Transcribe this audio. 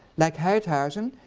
like heythuysen,